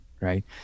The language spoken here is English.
right